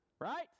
right